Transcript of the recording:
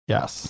Yes